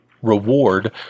Reward